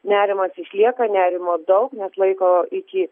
nerimas išlieka nerimo daug nes laiko iki